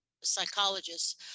psychologists